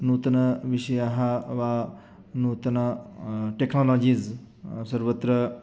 नूतनविषयाः वा नूतन टेक्नोलाजीज़् सर्वत्र